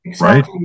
right